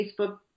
Facebook